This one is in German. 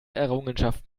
errungenschaft